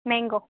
mango